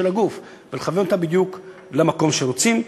הגוף ולכוון אותה בדיוק למקום שרוצים.